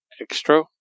extra